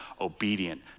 obedient